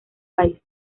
país